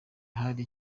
hari